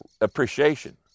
appreciation